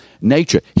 nature